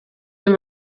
den